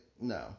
no